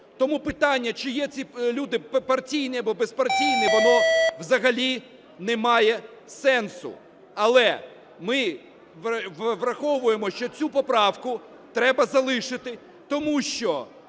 тому питання чи є ці люди партійні або безпартійні, воно взагалі не має сенсу. Але ми враховуємо, що цю поправку треба залишити, тому що